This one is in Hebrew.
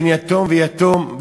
בין יתום ויתום,